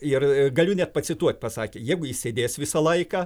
ir galiu net pacituot pasakė jeigu ji sėdės visą laiką